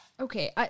Okay